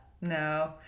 No